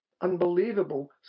unbelievable